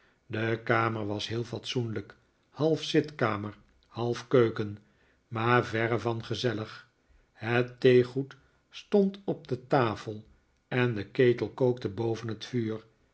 de kamer was heel fatsoenlijk half zitkamer half keuken maar verre van gezellig het theegoed stond op de tafel en de ketel kookte boven t vuur